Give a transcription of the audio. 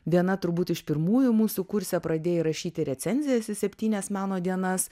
viena turbūt iš pirmųjų mūsų kurse pradėjai rašyti recenzijas į septynias meno dienas